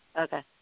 Okay